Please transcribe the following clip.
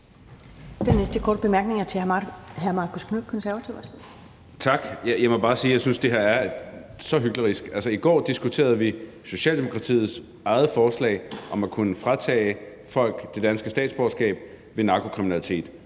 Den næste korte bemærkning er til hr. Marcus Knuth, Konservative. Værsgo. Kl. 15:24 Marcus Knuth (KF): Tak. Jeg må bare sige, at jeg synes, at det her er så hyklerisk. I går diskuterede vi Socialdemokratiets eget forslag om at kunne fratage folk det danske statsborgerskab ved narkokriminalitet,